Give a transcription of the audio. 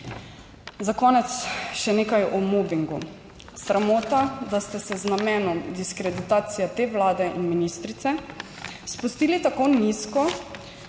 Za konec še nekaj o mobingu. Sramota, da ste se z namenom diskreditacije te Vlade in ministrice spustili tako nizko,